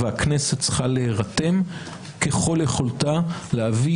והכנסת צריכה להירתם ככל יכולתה להביא